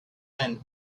and